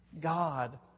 God